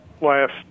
last